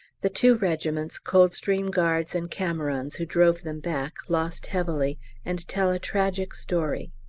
the two regiments, coldstream guards and camerons, who drove them back, lost heavily and tell a tragic story.